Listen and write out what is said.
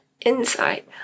inside